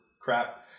crap